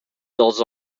dels